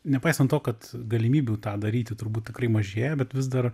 nepaisant to kad galimybių tą daryti turbūt tikrai mažėja bet vis dar